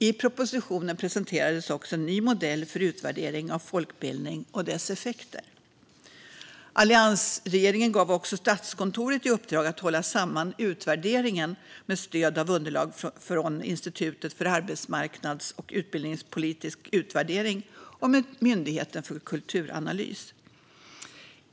I propositionen presenterades också en ny modell för utvärdering av folkbildningen och dess effekter. Alliansregeringen gav också Statskontoret i uppdrag att hålla samman utvärderingen med stöd av underlag från Institutet för arbetsmarknads och utbildningspolitisk utvärdering och Myndigheten för kulturanalys.